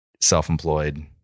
self-employed